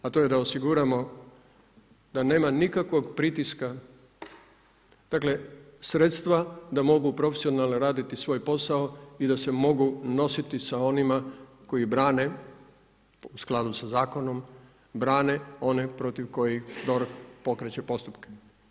A to je da osiguramo da nema nikakvog pritiska, dakle sredstva da mogu profesionalno raditi svoj posao i da se mogu nositi sa onima koji brane u skladu sa zakonom, brane one protiv kojih DORH pokreće postupke.